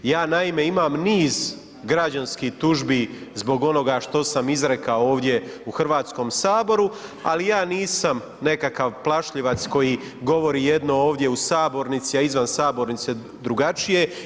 Ja naime imam niz građanskih tužbi zbog onoga što sam izrekao ovdje u Hrvatskom saboru ali ja nisam nekakav plašljivac koji govori jedno ovdje u sabornici a izvan sabornice drugačije.